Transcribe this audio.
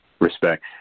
Respect